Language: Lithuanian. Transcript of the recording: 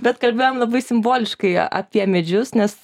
bet kalbėjom labai simboliškai apie medžius nes